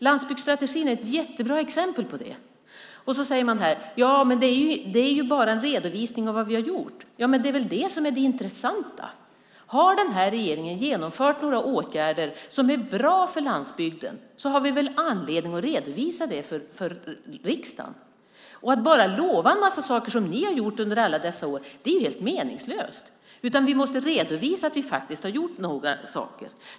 Landsbygdsstrategin är ett jättebra exempel på det. Ni säger här att det bara är en redovisning av vad vi har gjort. Ja, men det är väl det som är det intressanta! Om den här regeringen har vidtagit några åtgärder som är bra för landsbygden har vi väl anledning att redovisa det för riksdagen. Att bara lova en massa saker, som ni har gjort under alla dessa år, är helt meningslöst. Vi måste redovisa att vi faktiskt har gjort saker.